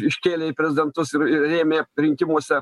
iškėlė į prezidentus ir rėmė rinkimuose